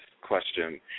question